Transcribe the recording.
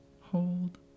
Hold